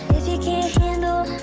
if you can't handle,